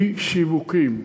היא שיווקים.